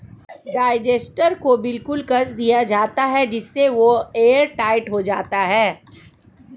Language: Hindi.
डाइजेस्टर को बिल्कुल कस दिया जाता है जिससे वह एयरटाइट हो जाता है